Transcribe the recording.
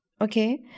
okay